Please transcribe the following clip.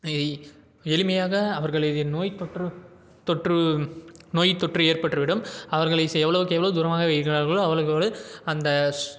இ எளிமையாக அவர்களதின் நோய் தொற்று தொற்று நோய் தொற்று ஏற்பட்ருவிடும் அவர்களை செ எவ்வளோவுக்கு எவ்வளோ தூரமாக வைக்கிறார்களோ அவ்வளோவுக்கு அவ்வளோ அந்த ஸ்